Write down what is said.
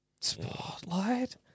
spotlight